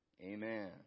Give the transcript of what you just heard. Amen